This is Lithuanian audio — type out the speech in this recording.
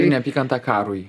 neapykantą karui